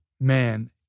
man